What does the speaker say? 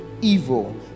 evil